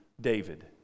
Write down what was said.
David